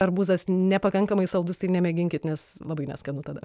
arbūzas nepakankamai saldus tai nemėginkit nes labai neskanu tada